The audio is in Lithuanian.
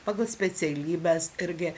pagal specialybes irgi